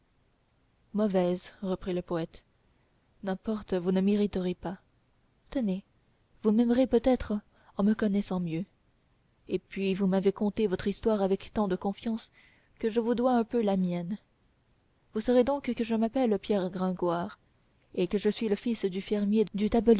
mauvaise reprit le poète n'importe vous ne m'irriterez pas tenez vous m'aimerez peut-être en me connaissant mieux et puis vous m'avez conté votre histoire avec tant de confiance que je vous dois un peu la mienne vous saurez donc que je m'appelle pierre gringoire et que je suis fils du fermier du